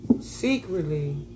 secretly